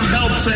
Health